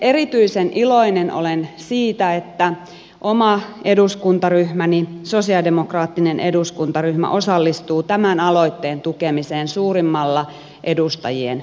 erityisen iloinen olen siitä että oma eduskuntaryhmäni sosialidemokraattinen eduskuntaryhmä osallistuu tämän aloitteen tukemiseen suurimmalla edustajien joukolla